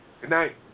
Goodnight